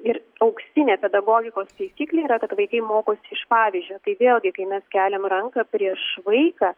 ir auksinė pedagogikos taisyklė yra kad vaikai mokosi iš pavyzdžio tai vėlgi kai mes keliam ranką prieš vaiką